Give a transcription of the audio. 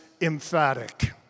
emphatic